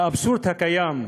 האבסורד הקיים,